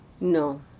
No